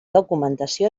documentació